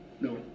no